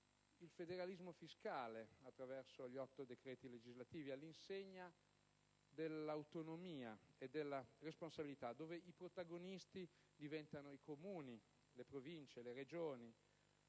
il federalismo fiscale, attraverso gli otto decreti legislativi, all'insegna dell'autonomia e della responsabilità. I protagonisti diventano i Comuni, le Province, le Regioni.